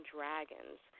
Dragons